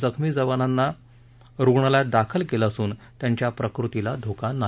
जखमी जवानांना रुग्णालयात दाखल केलं असून त्यांच्या प्रकृतीला धोका नाही